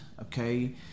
Okay